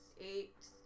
eight